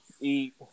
eat